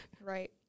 Right